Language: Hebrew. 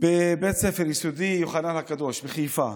בבית ספר יסודי יוחנן הקדוש בחיפה,